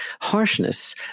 harshness